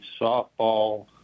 softball